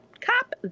Cop